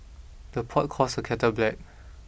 the pot calls the kettle black